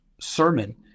Sermon